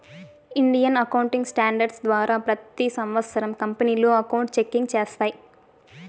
Indian accounting standards ద్వారా ప్రతి సంవత్సరం కంపెనీలు అకౌంట్ చెకింగ్ చేస్తాయి